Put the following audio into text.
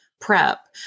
prep